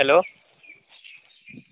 hello